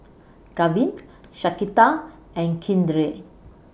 Gavin Shaquita and Keandre